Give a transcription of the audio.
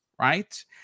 right